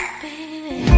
baby